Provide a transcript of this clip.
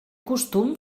costum